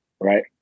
right